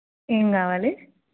ఏమి కావాలి